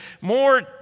more